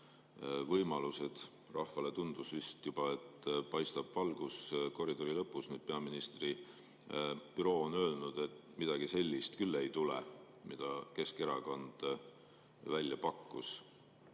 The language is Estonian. võimalused. Rahvale tundus vist juba, et paistab valgus koridori lõpus. Nüüd peaministri büroo on öelnud, et midagi sellist küll ei tule, mida Keskerakond välja pakkus.